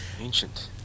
Ancient